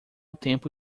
tempo